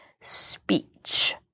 speech